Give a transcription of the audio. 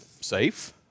safe